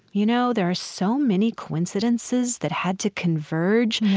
you know, there are so many coincidences that had to converge,